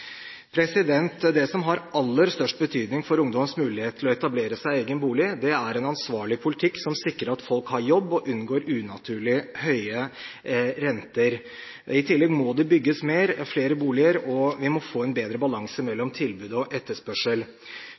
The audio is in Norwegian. Det som har aller størst betydning for ungdoms mulighet til å etablere seg i egen bolig, er en ansvarlig politikk som sikrer at folk har jobb, og at man unngår unaturlig høye renter. I tillegg må det bygges mer, flere boliger, og vi må få en bedre balanse mellom tilbud og etterspørsel.